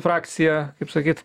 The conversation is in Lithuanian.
frakcija kaip sakyt